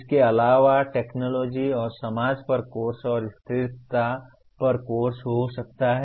इसके अलावा टेक्नोलॉजी और समाज पर कोर्स और स्थिरता पर कोर्स हो सकता है